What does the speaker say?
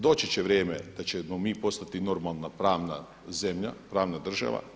Doći će vrijeme da ćemo mi postati normalna pravna zemlja, pravna država.